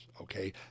Okay